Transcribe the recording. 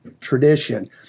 tradition